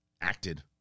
acted